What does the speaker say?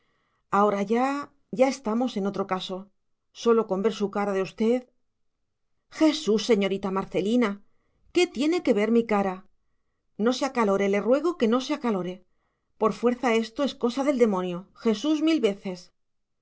ahora ya ya estamos en otro caso sólo con ver su cara de usted jesús señorita marcelina qué tiene que ver mi cara no se acalore le ruego que no se acalore por fuerza esto es cosa del demonio jesús mil veces